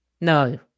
No